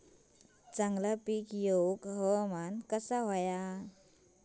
चांगला पीक येऊक हवामान कसा होया?